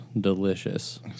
delicious